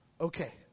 Okay